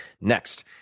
Next